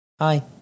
hi